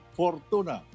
fortuna